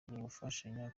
gufashanya